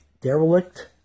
derelict